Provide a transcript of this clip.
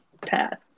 path